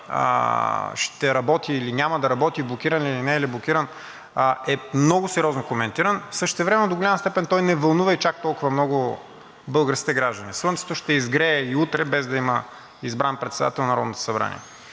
ще работи, или няма да работи, блокиран ли е, или не е блокиран, е много сериозно коментиран, същевременно до голяма степен той не вълнува и чак толкова много българските граждани. Слънцето ще изгрее и утре, без да има избран председател на Народното събрание.